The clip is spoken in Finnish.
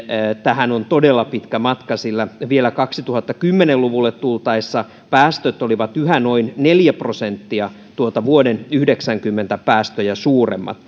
siihen on todella pitkä matka sillä vielä kaksituhattakymmenen luvulle tultaessa päästöt olivat yhä noin neljä prosenttia vuoden yhdeksänkymmentä päästöjä suuremmat